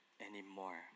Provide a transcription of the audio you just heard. anymore